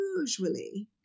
usually